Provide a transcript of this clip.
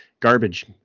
garbage